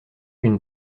une